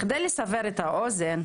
בכדי לסבר את האוזן,